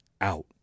out